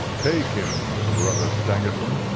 take him, brother stangerson,